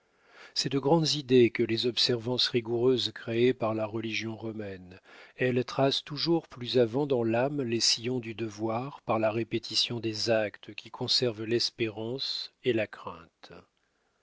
c'est de grandes idées que les observances rigoureuses créées par la religion romaine elles tracent toujours plus avant dans l'âme les sillons du devoir par la répétition des actes qui conservent l'espérance et la crainte